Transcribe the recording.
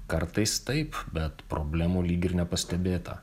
kartais taip bet problemų lyg ir nepastebėta